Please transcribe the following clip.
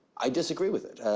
i disagree with it.